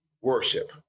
worship